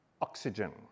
oxygen